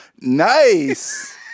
nice